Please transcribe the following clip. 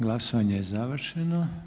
Glasovanje je završeno.